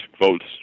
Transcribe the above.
votes